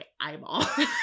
eyeball